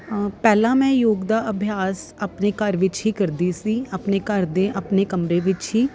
ਪਹਿਲਾਂ ਮੈਂ ਯੋਗ ਦਾ ਅਭਿਆਸ ਆਪਣੇ ਘਰ ਵਿੱਚ ਹੀ ਕਰਦੀ ਸੀ ਆਪਣੇ ਘਰ ਦੇ ਆਪਣੇ ਕਮਰੇ ਵਿੱਚ ਹੀ